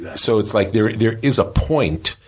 so, it's like, there there is a point,